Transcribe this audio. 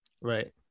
right